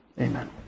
Amen